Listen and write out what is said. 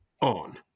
on